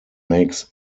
makes